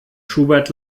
schubert